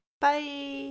bye